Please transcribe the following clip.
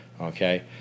Okay